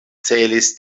celis